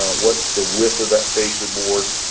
what's the width of that fascia board?